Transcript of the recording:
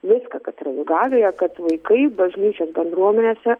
viską kas yra jų galioje kad vaikai bažnyčios bendruomenėse